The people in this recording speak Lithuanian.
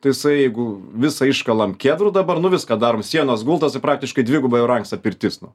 tai jisai jeigu visą iškalam kedru dabar nu viską darom sienos gultas tai praktiškai dvigubai brangsta pirtis nu